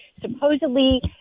supposedly